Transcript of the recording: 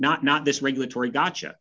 not not this regulatory gotcha